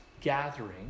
gathering